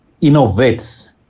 innovates